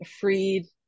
freed